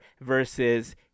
versus